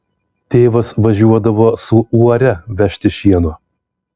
tėvas važiuodavo su uore vežti šieno